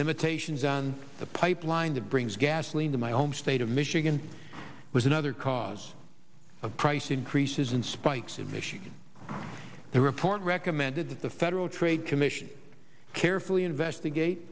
limitations on the pipeline that brings gasoline to my home state of michigan was another cause of price increases and spikes in michigan the report recommended that the federal trade commission carefully investigate